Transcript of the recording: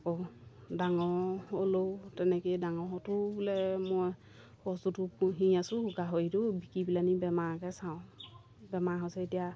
আকৌ ডাঙৰ হ'লেও তেনেকৈয়ে ডাঙৰ হওঁতেও বোলে মই সচটোতো পুহি আছোঁ গাহৰিটো বিকি পেলাইনি বেমাৰকে চাওঁ বেমাৰ হৈছে এতিয়া